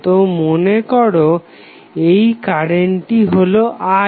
তো মনেকর এই কারেন্টটি হলো I